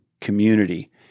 community